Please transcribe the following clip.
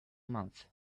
month